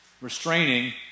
restraining